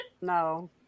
No